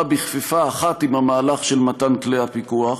בכפיפה אחת עם המהלך של מתן כלי הפיקוח,